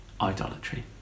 idolatry